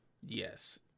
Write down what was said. yes